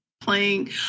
playing